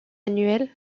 annuelle